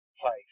place